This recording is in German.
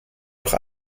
doch